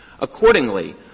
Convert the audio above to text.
Accordingly